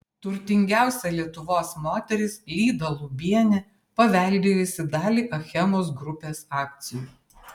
turtingiausia lietuvos moteris lyda lubienė paveldėjusi dalį achemos grupės akcijų